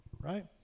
right